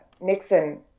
Nixon